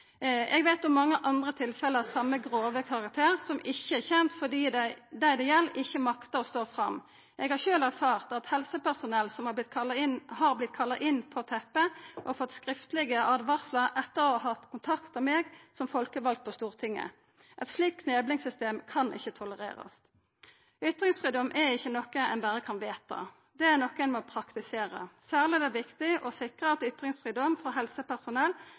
Eg veit om mange andre tilfelle av same grove karakter som ikkje er kjende, fordi dei det gjeld, ikkje maktar å stå fram. Eg har sjølv erfart at helsepersonell har vorte kalla inn på teppet og fått skriftlege åtvaringar etter å ha kontakta meg som folkevald på Stortinget. Eit slikt kneblingssystem kan ikkje verta tolerert. Ytringsfridom er ikkje noko ein berre kan vedta. Det er noko ein må praktisera. Særleg er det viktig å sikra at ytringsfridom for helsepersonell